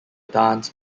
dance